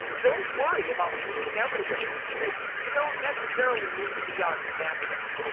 don't worry about being everywhere okay, you don't necessarily need to be on snapchat.